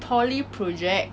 poly project